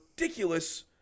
ridiculous